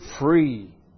free